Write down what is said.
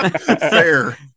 Fair